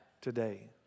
today